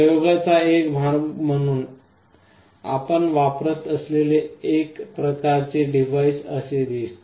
प्रयोगाचा एक भाग म्हणून आपण वापरत असलेले एक प्रकारचे डिव्हाइस असे दिसते